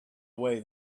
away